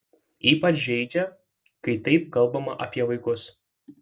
ypač žeidžia kai taip kalbama apie vaikus